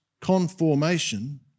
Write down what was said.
conformation